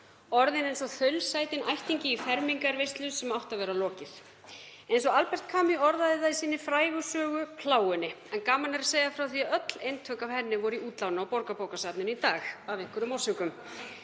orðin eins og þaulsetinn ættingi í fermingarveislu sem átti að vera lokið. Eins og Albert Camus orðaði það í sinni frægu sögu, Plágunni, en gaman er að segja að öll eintök af henni voru í útláni á Borgarbókasafninu í dag, af einhverjum ástæðum: